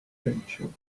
rachel